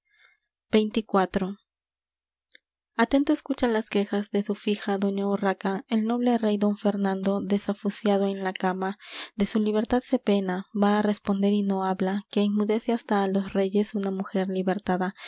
xxiv atento escucha las quejas de su fija doña urraca el noble rey don fernando desafuciado en la cama de su libertad se pena va á responder y no habla que enmudece hasta á los reyes una mujer libertada mas